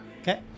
Okay